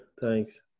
thanks